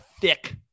thick